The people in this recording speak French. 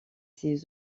ses